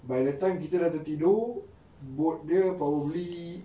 by the time kita dah tertidur boat dia probably